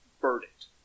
verdict